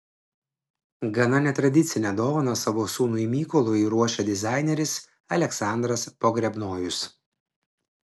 gana netradicinę dovaną savo sūnui mykolui ruošia dizaineris aleksandras pogrebnojus